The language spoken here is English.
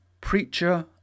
Preacher